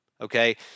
okay